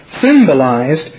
symbolized